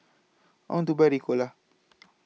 on to Buy Ricola